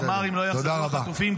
הוא אמר: אם לא יחזרו החטופים,